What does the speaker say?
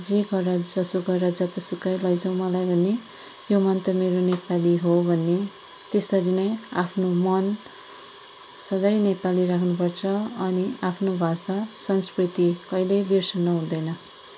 जे गर जसो गर जतासुकै लैजाऊ मलाई भन्ने यो मन त मेरो नेपाली हो भन्ने त्यसरी नै आफ्नो मन सधैँ नेपाली राख्नु पर्छ अनि आफ्नो भाषा संस्कृति कहिले बिर्सनु हुँदैन